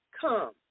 come